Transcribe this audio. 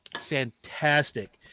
fantastic